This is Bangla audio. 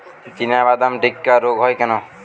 চিনাবাদাম টিক্কা রোগ হয় কেন?